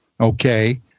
okay